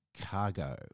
cargo